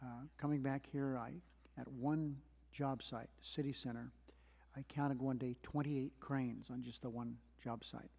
coming back here at one job site city center i counted one day twenty eight cranes and just the one job site